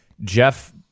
Jeff